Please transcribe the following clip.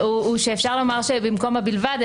-- הוא שאפשר לומר שבמקום ה"בלבד",